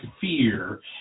fear